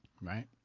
Right